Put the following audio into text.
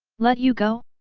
let you go?